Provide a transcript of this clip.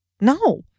No